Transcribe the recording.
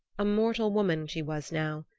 a mortal woman she was now,